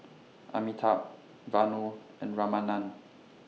Amitabh Vanu and Ramanand